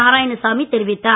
நாராயணசாமி தெரிவித்தார்